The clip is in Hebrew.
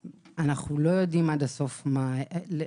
לא יודעים עד הסוף מה קרה.